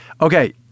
Okay